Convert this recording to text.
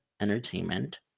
entertainment